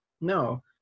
No